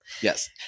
Yes